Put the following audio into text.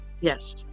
yes